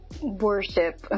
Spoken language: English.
worship